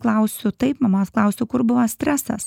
klausiu taip mamos klausiau kur buvo stresas